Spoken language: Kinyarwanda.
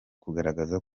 kugaragaza